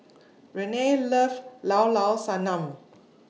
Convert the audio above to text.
Renee loves Llao Llao Sanum